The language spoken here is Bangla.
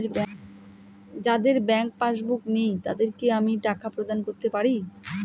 যাদের ব্যাংক পাশবুক নেই তাদের কি আমি টাকা প্রদান করতে পারি?